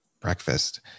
breakfast